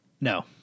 No